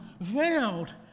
veiled